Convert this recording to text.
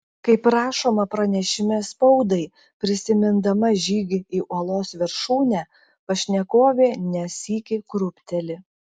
kaip rašoma pranešime spaudai prisimindama žygį į uolos viršūnę pašnekovė ne sykį krūpteli